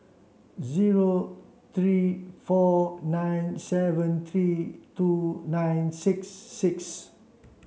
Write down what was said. zero three four nine seven three two nine six six